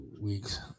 weeks